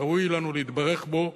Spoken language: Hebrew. ראוי לנו להתברך בו.